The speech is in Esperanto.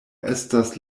estas